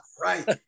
Right